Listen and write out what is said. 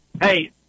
hey